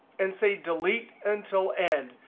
and say delete until end.